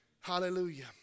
Hallelujah